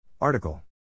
Article